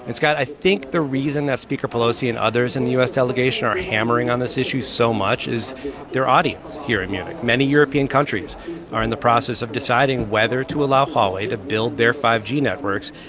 and scott, i think, the reason that speaker pelosi and others in the u s. delegation are hammering on this issue so much is their audience here in munich. many european countries are in the process of deciding whether to allow huawei build their five g networks.